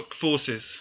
Forces